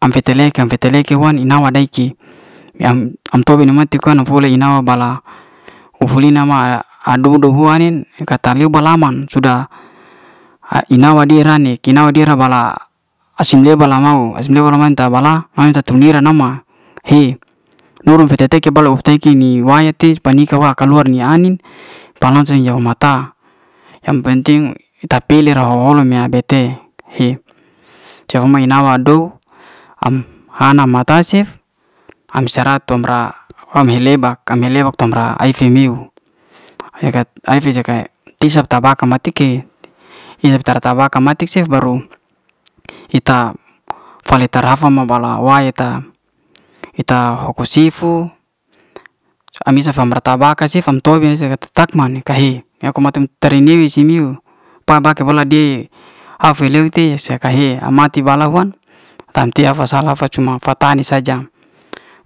Am fete'le ke- am fete'le ke khuan ina'wa dei ki am toi ni mati ka na fole ina'wa bala ufu'lina ma a'dodo hu ai'nin kata leba'laman sudah a ina'wa de ra ni kenawa de ra bala asim leba la'mau. asim leba la'mau ta bala an tu ta tu'niran nama he no ro to to teke'bolo fe teyki ni waya'ti paniki wa kaluar ni ai'nin pala saja ho ma ta yang penting ta pele lo'roho lo me a'be te he se'uma ne henawa ado am hana ma ta cef am sara tum'bra ham he leba. ham heleba tu ra ai'fi miuw tisab tabaka matike. isap te tabaka mati cef baru ita fale tara'fa mau bala wae ta, ita hoko sifu am misa am'brap tabakar cef am to bi tak ma ne ka'hi ya'ko ma'tam teri'nyiwi si niuew pa bak hola di hafe'lew te se ka he am mati bala huan tan tia fasa cuman fa'tani saja.